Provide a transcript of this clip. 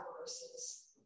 verses